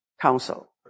council